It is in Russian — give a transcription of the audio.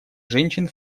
женщин